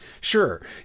sure